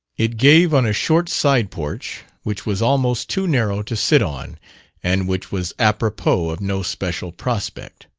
it gave on a short side-porch which was almost too narrow to sit on and which was apropos of no special prospect.